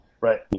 Right